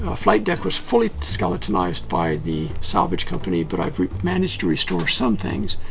ah flight deck was fully skeletonized by the salvage company, but i've managed to restore some things.